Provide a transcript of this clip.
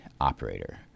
operator